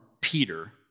Peter